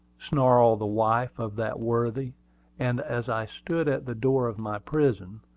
snarled the wife of that worthy and as i stood at the door of my prison,